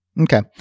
Okay